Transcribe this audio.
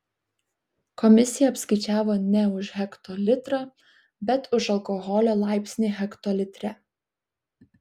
komisija apskaičiavo ne už hektolitrą bet už alkoholio laipsnį hektolitre